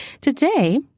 Today